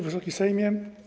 Wysoki Sejmie!